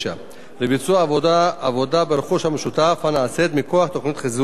לביצוע עבודה ברכוש המשותף הנעשית מכוח תוכנית החיזוק.